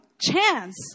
chance